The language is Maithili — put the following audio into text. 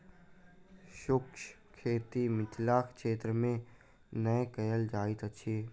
शुष्क खेती मिथिला क्षेत्र मे नै कयल जाइत अछि